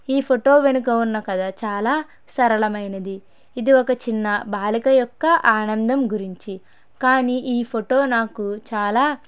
ఈ ఫోటో వెనుక ఉన్న కథ చాలా సరళమైనది ఇది ఒక చిన్న బాలిక యొక్క ఆనందం గురించి కానీ ఈ ఫోటో నాకు చాలా